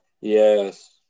Yes